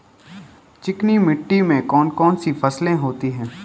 चिकनी मिट्टी में कौन कौन सी फसलें होती हैं?